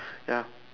ya